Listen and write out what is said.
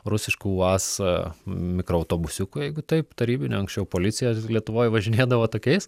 rusišku uaz mikroautobusiuku jeigu taip tarybiniu anksčiau policija lietuvoj važinėdavo tokiais